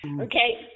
Okay